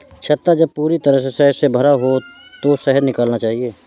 छत्ता जब पूरी तरह शहद से भरा हो तभी शहद निकालना चाहिए